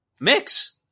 mix